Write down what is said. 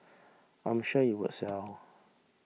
I'm sure it will sell